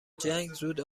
جنگ، زود